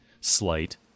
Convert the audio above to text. slight